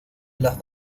las